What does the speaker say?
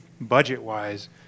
budget-wise